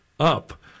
up